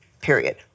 period